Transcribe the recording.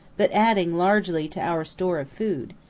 but adding largely to our store of food,